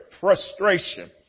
frustration